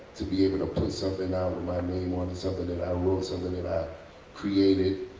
to be able to put something out with my name on it, something that i wrote, something that i created,